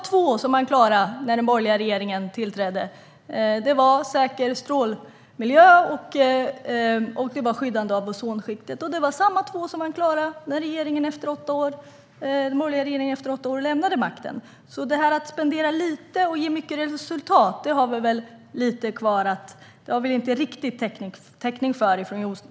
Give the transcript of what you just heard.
Två mål klarades när den borgerliga regeringen tillträdde. Det var Säker strålmiljö och Skyddande ozonskikt. Det var samma två mål som den borgerliga regeringen klarade efter åtta år vid makten. Att spendera lite och ge mycket resultat har Jonas Jacobsson Gjörtler inte riktigt täckning för.